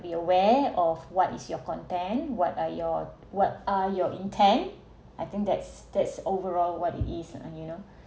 be aware of what is your content what are your what are your intent I think that's that's overall what it is and you know